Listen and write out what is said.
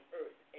earth